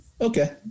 Okay